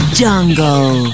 jungle